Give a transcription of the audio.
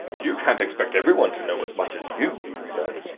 you can't expect everyone to know as much as you, he said.